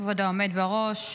כבוד העומד בראש,